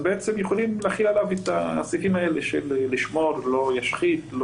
יכולים להחיל עליו את הסעיפים שאומרים לשמור ולא להשחית.